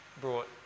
brought